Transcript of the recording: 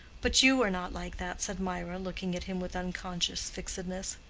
but you are not like that, said mirah, looking at him with unconscious fixedness.